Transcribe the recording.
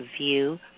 view